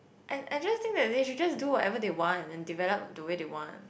I I just think that they should just do whatever they want and develop the way they want